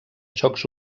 jocs